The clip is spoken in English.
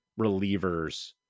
relievers